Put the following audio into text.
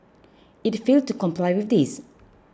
it failed to comply with this